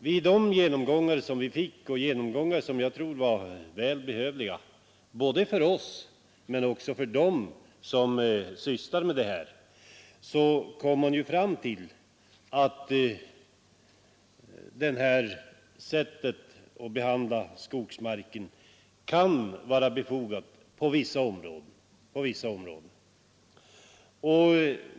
Vid dessa genomgångar, som jag tror var välbehövliga både för oss och för dem som sysslat med detta, kom man fram till att detta sätt att behandla skogsmark kan vara befogat på vissa områden.